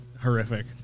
horrific